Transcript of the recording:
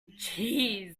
jeez